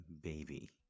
Baby